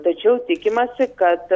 tačiau tikimasi kad